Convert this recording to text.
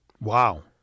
Wow